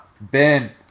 Ben